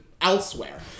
elsewhere